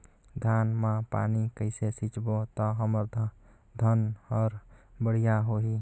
धान मा पानी कइसे सिंचबो ता हमर धन हर बढ़िया होही?